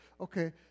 Okay